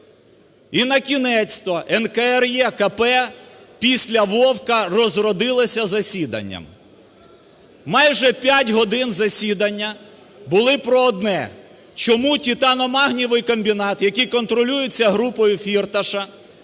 І накінець-то НКРЕКП після Вовка розродилося засіданням. Майже 5 годин засідання були про одне: чому титано-магнієвий комбінат, який контролюється групою Фірташа,